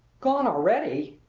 gone already?